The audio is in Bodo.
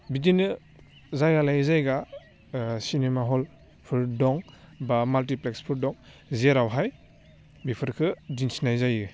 बिदिनो जायगा लायै जायगा सिनिमा हलफोर दं बा माल्टिप्लेक्सफोर दं जेरावहाय बिफोरखो दिन्थिनाय जायो